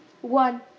one